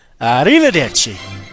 Arrivederci